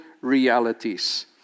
realities